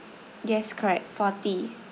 yes correct forty